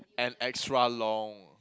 and extra long